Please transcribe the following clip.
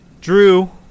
drew